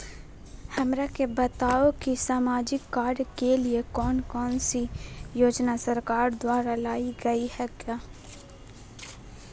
हमरा के बताओ कि सामाजिक कार्य के लिए कौन कौन सी योजना सरकार द्वारा लाई गई है?